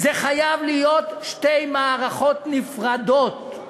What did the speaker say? חייבות להיות שתי מערכות נפרדות: